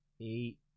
eight